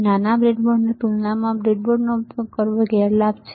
નાના બ્રેડબોર્ડની તુલનામાં બ્રેડબોર્ડનો ઉપયોગ કરવાનો ગેરલાભ છે